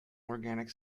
organic